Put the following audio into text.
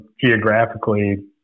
geographically